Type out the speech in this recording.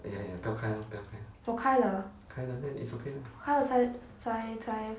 我开了我开了才才